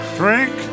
drink